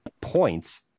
points